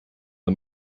the